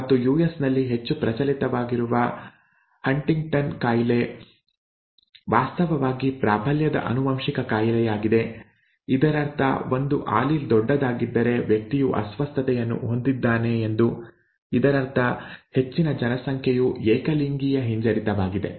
ಮತ್ತು ಯುಎಸ್ ನಲ್ಲಿ ಹೆಚ್ಚು ಪ್ರಚಲಿತದಲ್ಲಿರುವ ಹಂಟಿಂಗ್ಟನ್ ಕಾಯಿಲೆ ವಾಸ್ತವವಾಗಿ ಪ್ರಾಬಲ್ಯದ ಆನುವಂಶಿಕ ಕಾಯಿಲೆಯಾಗಿದೆ ಇದರರ್ಥ ಒಂದು ಆಲೀಲ್ ದೊಡ್ಡದಾಗಿದ್ದರೆ ವ್ಯಕ್ತಿಯು ಅಸ್ವಸ್ಥತೆಯನ್ನು ಹೊಂದಿದ್ದಾನೆ ಎಂದು ಇದರರ್ಥ ಹೆಚ್ಚಿನ ಜನಸಂಖ್ಯೆಯು ಏಕಲಿಂಗೀಯ ಹಿಂಜರಿತವಾಗಿದೆ